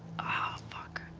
ah fuck.